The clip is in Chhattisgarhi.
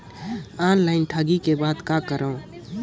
ऑनलाइन ठगी के बाद कहां करों?